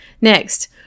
Next